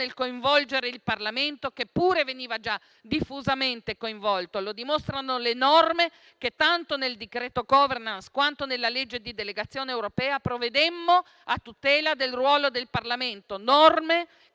coinvolgere il Parlamento, che pure veniva già diffusamente coinvolto. Lo dimostrano le norme che tanto nel decreto *governance,* quanto nella legge di delegazione europea, prevedemmo a tutela del ruolo del Parlamento, che